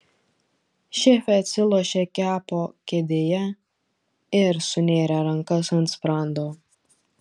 šefė atsilošė kepo kėdėje ir sunėrė rankas ant sprando